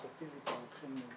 האינפוט מהתחום שלו וגם